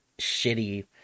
shitty